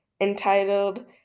entitled